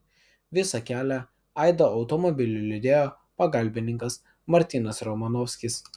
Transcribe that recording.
visą kelią aidą automobiliu lydėjo pagalbininkas martinas romanovskis